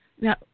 Now